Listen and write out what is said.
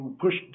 pushed